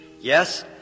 Yes